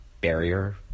barrier